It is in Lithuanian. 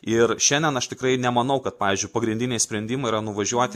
ir šiandien aš tikrai nemanau kad pavyzdžiui pagrindiniai sprendimai yra nuvažiuoti